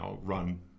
run